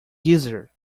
geezer